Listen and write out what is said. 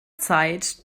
zeit